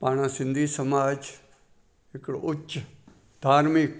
पंहिंजो सिंधी समाज हिकिड़ो उच धार्मिक